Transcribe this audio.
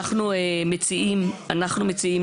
האופוזיציה ריחמה עלינו ואין הרבה הסתייגויות,